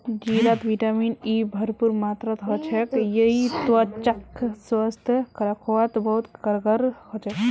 जीरात vitamin E भरपूर मात्रात ह छेक यई त्वचाक स्वस्थ रखवात बहुत कारगर ह छेक